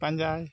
ᱯᱟᱸᱡᱟᱭ